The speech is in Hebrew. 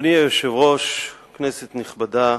אדוני היושב-ראש, כנסת נכבדה,